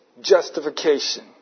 justification